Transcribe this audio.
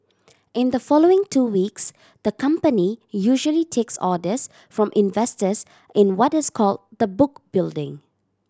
in the following two weeks the company usually takes orders from investors in what is called the book building